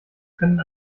können